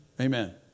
amen